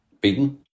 beaten